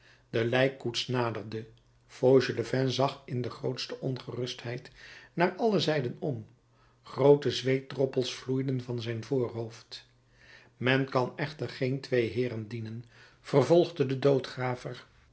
de lijkkoets naderde fauchelevent zag in de grootste ongerustheid naar alle zijden om groote zweetdroppels vloeiden van zijn voorhoofd men kan echter geen twee heeren dienen vervolgde de